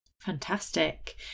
Fantastic